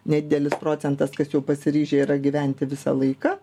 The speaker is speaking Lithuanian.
nedidelis procentas kas jau pasiryžę yra gyventi visą laiką